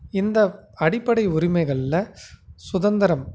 இந்த அடிப்படை உரிமைகள்ல சுதந்திரம்